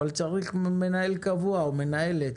אבל צריך מנהל או מנהלת